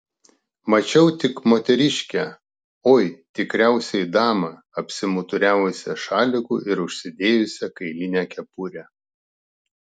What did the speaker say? mačiau tik moteriškę oi tikriausiai damą apsimuturiavusią šaliku ir užsidėjusią kailinę kepurę